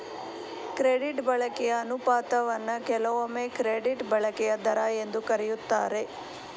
credit ಬಳಕೆಯ ಅನುಪಾತವನ್ನ ಕೆಲವೊಮ್ಮೆ ಕ್ರೆಡಿಟ್ ಬಳಕೆಯ ದರ ಎಂದು ಕರೆಯುತ್ತಾರೆ